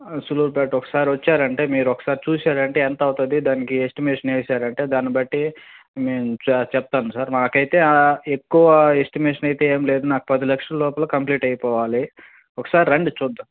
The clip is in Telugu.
సూళ్ళూరిపేట ఒకసారి వచ్చారంటే మీరు ఒకసారి చూశారంటే ఎంత అవుతుంది దానికి ఎస్టిమేషన్ వేశారంటే దాని బట్టి మేము చెప్తాము సార్ మాకైతే ఎక్కువ ఎస్టిమేషన్ అయితే ఏంమి లేదు నాకు పది లక్షల లోపల కంప్లీట్ అయిపోవాలి ఒకసారి రండి చూద్దాము